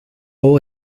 all